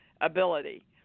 ability